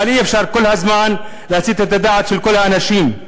אבל אי-אפשר כל הזמן להסיט את הדעת של כל האנשים.